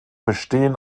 bestehen